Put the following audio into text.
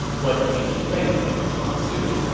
what do you think of ma su's